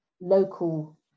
Local